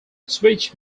switch